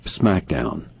smackdown